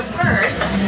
first